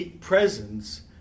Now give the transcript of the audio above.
presence